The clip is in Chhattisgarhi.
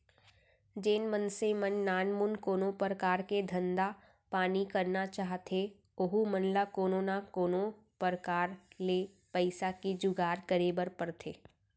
जेन मनसे मन नानमुन कोनो परकार के धंधा पानी करना चाहथें ओहू मन ल कोनो न कोनो प्रकार ले पइसा के जुगाड़ करे बर परथे